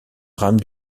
rame